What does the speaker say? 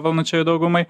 valdančiajai daugumai